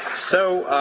so,